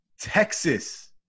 Texas